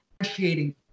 appreciating